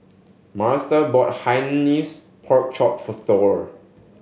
Martha bought hainanese fork chop for Thor